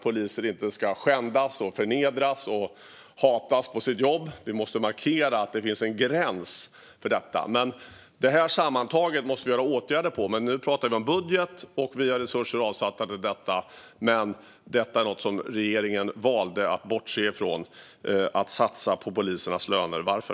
Poliser ska inte skändas, förnedras och hatas på sitt jobb. Vi måste markera att det finns en gräns för detta. Detta sammantaget måste vi vidta åtgärder mot. Nu pratar vi om budgeten. Vi har resurser avsatta till detta, men regeringen valde att avstå från att satsa på polisernas löner. Varför?